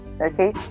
okay